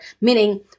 meaning